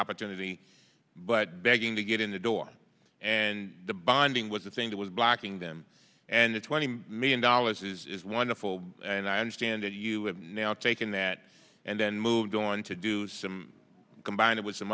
opportunity but begging to get in the door and the bonding was the thing that was blocking them and the twenty million dollars is wonderful and i understand that you have now taken that and then moved on to do some combine it with some